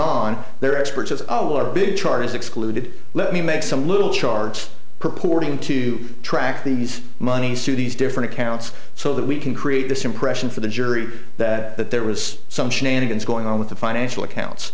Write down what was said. on they're experts as oh well are big charges excluded let me make some little charts purporting to track these monies to these different accounts so that we can create this impression for the jury that that there was some shenanigans going on with the financial accounts